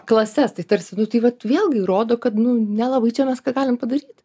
klases tai tarsi nu tai vat vėlgi rodo kad nu nelabai čia mes ką galim padaryt